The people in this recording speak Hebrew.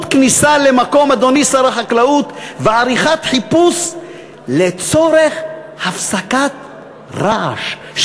כניסה למקום ועריכת חיפוש לצורך הפסקת רעש).